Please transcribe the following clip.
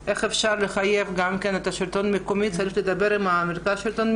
איך אפשר לעודד את השלטון המקומי וצריך לדבר אתו,